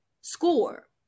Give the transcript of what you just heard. score